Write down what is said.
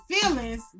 feelings